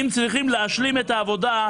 אם צריכים להשלים את העבודה,